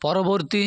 পরবর্তী